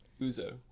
Uzo